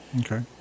Okay